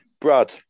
Brad